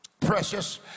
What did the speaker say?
precious